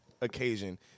occasion